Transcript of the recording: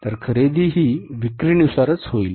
तर खरेदी ही विक्रीनुसार होईल